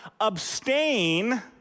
abstain